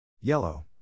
Yellow